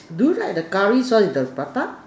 do you like the Curry sauce in the prata